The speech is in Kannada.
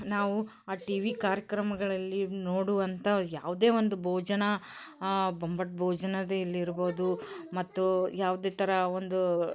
ನಾವು ಆ ಟಿವಿ ಕಾರ್ಯಕ್ರಮಗಳಲ್ಲಿ ನೋಡುವಂಥ ಯಾವುದೇ ಒಂದು ಭೋಜನ ಬೊಂಬಾಟ್ ಭೋಜನದಲ್ಲಿರ್ಬೋದು ಮತ್ತು ಯಾವುದೇ ಥರ ಒಂದು